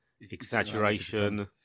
Exaggeration